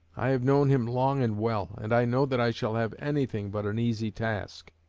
i have known him long and well, and i know that i shall have anything but an easy task.